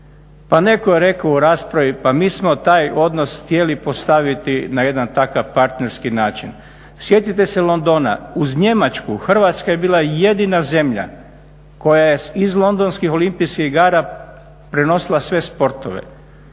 netko je rekao u raspravi pa mi smo taj odnos htjeli postaviti na jedan takav partnerski način. Sjetite se Londona, uz Njemačku, Hrvatska je bila jedina zemlja koja je sa londonskih olimpijskih igara prenosila sve sportove.